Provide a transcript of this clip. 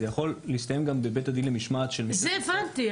זה יכול להסתיים גם בבית הדין למשמעת --- את זה הבנתי.